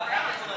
אדוני היושב-ראש,